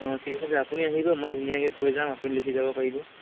অঁ ঠিক আছে আপুনি আহিব মই ধুনীয়াকৈ কৈ যাম আপুনি লিখি যাব পাৰিব